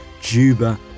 Juba